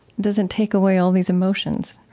doesn't take away all these emotions.